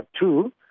two